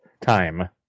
time